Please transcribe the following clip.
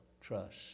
trust